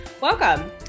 Welcome